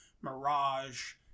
mirage